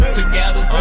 together